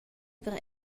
per